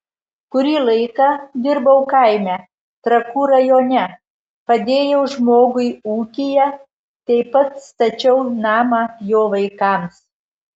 kurį laiką dirbau kaime trakų rajone padėjau žmogui ūkyje taip pat stačiau namą jo vaikams